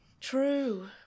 true